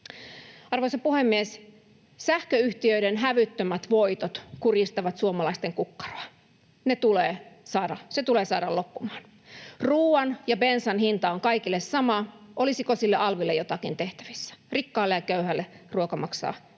Arvoisa puhemies! Sähköyhtiöiden hävyttömät voitot kurjistavat suomalaisten kukkaroa. Se tulee saada loppumaan. Ruuan ja bensan hinta on kaikille sama, olisiko sille alville jotakin tehtävissä? Rikkaalle ja köyhälle ruoka maksaa yhtä